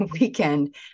weekend